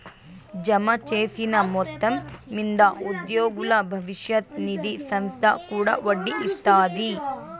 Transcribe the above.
జమచేసిన మొత్తం మింద ఉద్యోగుల బవిష్యత్ నిది సంస్త కూడా ఒడ్డీ ఇస్తాది